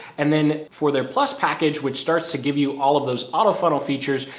and then for their plus package, which starts to give you all of those auto funnel features,